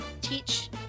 teach